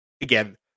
again